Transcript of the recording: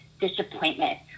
disappointment